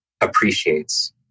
appreciates